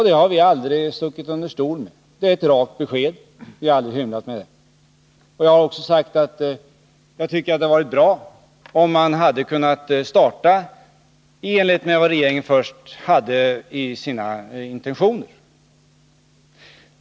Det har vi aldrig stuckit under stol med. Det är ett rakt besked, och vi har aldrig hymlat med det. Jag har också sagt att jag tycker att det hade varit bra om man kunnat starta i enlighet med vad som först var regeringens intentioner.